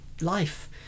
life